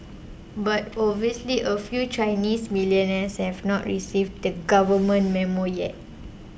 but obviously a few Chinese millionaires have not received the Government Memo yet